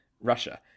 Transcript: Russia